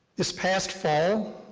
this past fall,